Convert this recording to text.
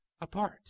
apart